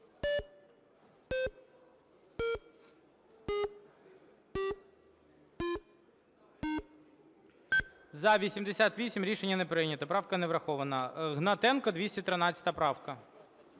За-88 Рішення не прийнято. Правка не врахована. Гнатенко, 213 правка.